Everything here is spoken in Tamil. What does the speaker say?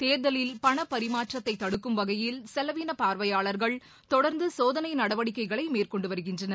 தேர்தலில் பணப்பரிமாற்றத்தை தடுக்கும்வகையில் செலவினப் பார்வையாளர்கள் தொடர்ந்து சோதனை நடவடிக்கைகளை மேற்கொண்டு வருகின்றனர்